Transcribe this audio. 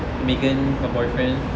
megan her boyfriend